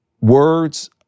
Words